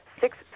six